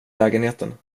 lägenheten